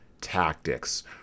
tactics